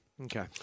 Okay